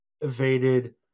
evaded